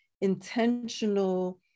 intentional